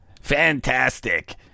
Fantastic